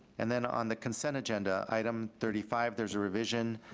and then on the consent agenda item thirty five there's a revision.